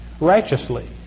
righteously